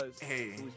Hey